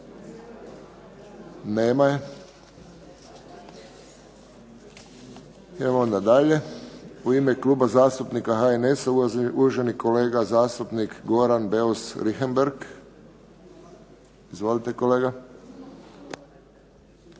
Nema je. U ime Kluba zastupnika HNS-a uvaženi kolega zastupnik Goran Beus Richembergh. Izvolite kolega.